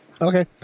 Okay